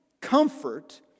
comfort